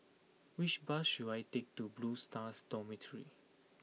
which bus should I take to Blue Stars Dormitory